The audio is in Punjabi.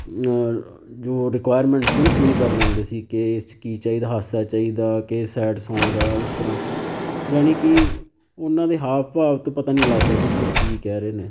ਜੋ ਰਿਕੁਆਰਿਮੈਂਟ ਸੀ ਉਹਨੂੰ ਪੂਰੀ ਕਰ ਲੈਂਦੇ ਸੀ ਕਿ ਇਸ 'ਚ ਕੀ ਚਾਹੀਦਾ ਹਾਸਾ ਚਾਹੀਦਾ ਕਿ ਸੈਡ ਸੌਂਗ ਆ ਉਸ ਤਰ੍ਹਾਂ ਜਾਣੀ ਕਿ ਉਹਨਾਂ ਦੇ ਹਾਵ ਭਾਵ ਤੋਂ ਪਤਾ ਨਹੀਂ ਲੱਗਦਾ ਸੀ ਕਿ ਉਹ ਕੀ ਕਹਿ ਰਹੇ ਨੇ